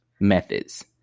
methods